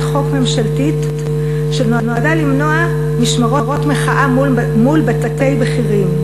חוק ממשלתית שנועדה למנוע משמרות מחאה מול בתי בכירים.